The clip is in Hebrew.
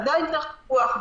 עדיין צריך פיקוח,